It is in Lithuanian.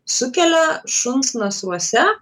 sukelia šuns nasruose